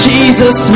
Jesus